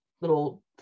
little